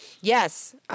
Yes